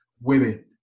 women